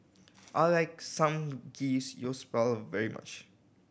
I like Samgeyopsal very much